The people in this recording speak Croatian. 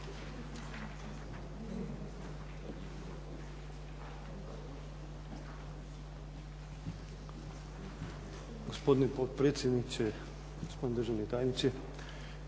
Gospodine potpredsjedniče, gospodine državni tajniče.